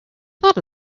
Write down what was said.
thought